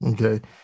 okay